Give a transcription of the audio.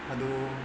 ಅದು